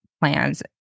plans